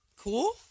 Cool